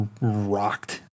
rocked